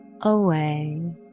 away